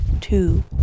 two